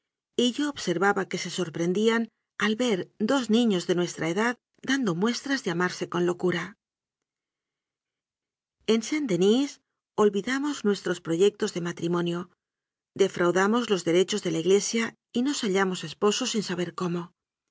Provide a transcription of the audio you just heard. ob servaba que se sorprendían al ver dos niños de nuestra edad dando muestras de amarse con lo cura en saint-denis olvidamos nuestros proyectos de matrimonio defraudamos los derechos de la igle sia y nos hallamos esposos sin saber cómo